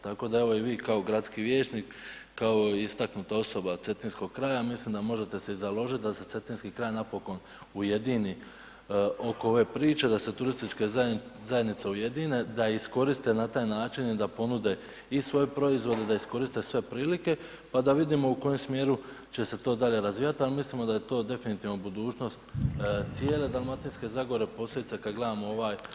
Tako da evo i vi kao gradski vijećnik, kao istaknuta osoba Cetinskog kraja mislim da možete se i založit da se Cetinski kraj napokon ujedini oko ove priče da se turističke zajednice ujedine da iskoriste na taj način i da ponude i svoje proizvode, da iskoriste sve prilike pa da vidimo u kojem smjeru će se to dalje razvijat, al mislimo da je to definitvno budućnost cijele Dalmatinske zagore posebice kad gledamo ovaj segment turizma.